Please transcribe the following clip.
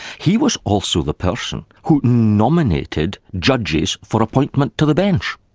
he was also the person who nominated judges for appointment to the bench.